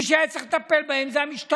מי שהיה צריך לטפל בהם זה המשטרה,